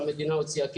שהמדינה הוציאה כסף,